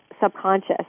subconscious